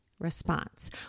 Response